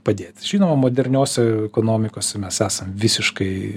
padėti žinoma moderniose ekonomikose mes esam visiškai